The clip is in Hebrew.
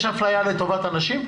יש אפליה לטובת הנשים?